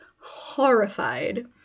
horrified